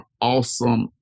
awesome